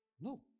No